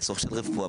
וצורך של רפואה,